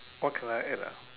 what can I add ah